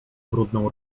brudną